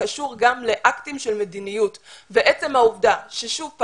קשור גם לאקטים של מדיניות ועצם העובדה ששוב,